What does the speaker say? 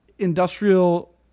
Industrial